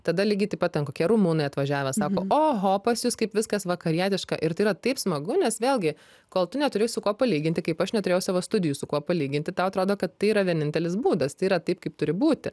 tada lygiai taip pat ten kokie rumunai atvažiavę sako oho pas jus kaip viskas vakarietiška ir tai yra taip smagu nes vėlgi kol tu neturi su kuo palyginti kaip aš neturėjau savo studijų su kuo palyginti tau atrodo kad tai yra vienintelis būdas tai yra taip kaip turi būti